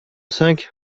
cinq